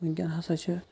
وِنکٮ۪ن ہَسا چھِ